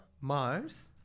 Mars